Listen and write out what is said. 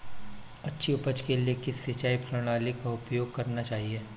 अच्छी उपज के लिए किस सिंचाई प्रणाली का उपयोग करना चाहिए?